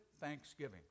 thanksgiving